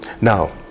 Now